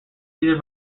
either